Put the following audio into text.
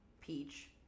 peach